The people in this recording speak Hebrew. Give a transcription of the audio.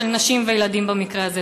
של נשים וילדים במקרה הזה?